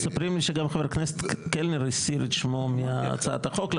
מספרים לי שגם חבר הכנסת קלנר הסיר את שמו מהצעת החוק.